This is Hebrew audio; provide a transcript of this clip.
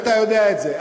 אתה יודע את זה,